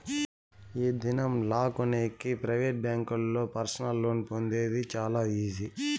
ఈ దినం లా కొనేకి ప్రైవేట్ బ్యాంకుల్లో పర్సనల్ లోన్ పొందేది చాలా ఈజీ